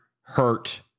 hurt